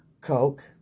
Coke